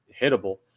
hittable